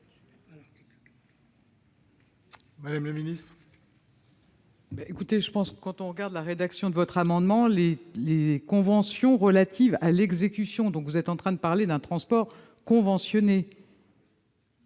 Mme la ministre.